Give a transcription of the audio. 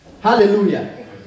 Hallelujah